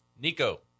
Nico